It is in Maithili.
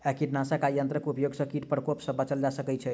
कीटनाशक आ यंत्रक उपयोग सॅ कीट प्रकोप सॅ बचल जा सकै छै